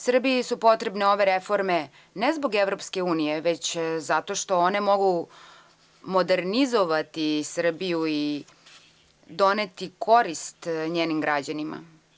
Srbiji su potrebne ove reforme, ne zbog EU, već zato što one mogu modernizovati Srbiju i doneti korist njenim građanima.